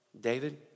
David